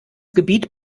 gebiet